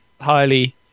highly